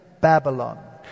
Babylon